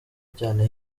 cyane